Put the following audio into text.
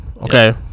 Okay